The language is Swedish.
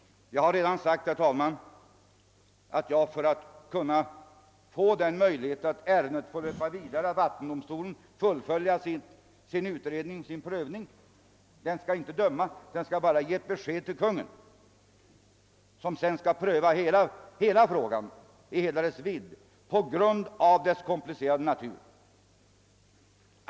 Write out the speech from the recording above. Jag har redan sagt, herr talman, att ärendet bör få möjlighet att löpa vidare, så att vattendomstolen får fullfölja sin utredning och prövning. Den skall inte döma utan bara ge ett besked till Kungl. Maj:t, som sedan på grund av frågans komplicerade natur skall pröva den i hela dess vidd.